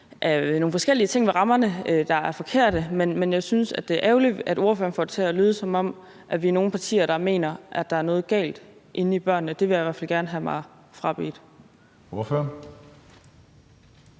nogle forskellige ting ved rammerne, der er forkerte, men jeg synes, at det er ærgerligt, at ordføreren får det til at lyde, som om vi er nogle partier, der mener, at der er noget galt inde i børnene. Det vil jeg i hvert fald bare gerne have mig frabedt.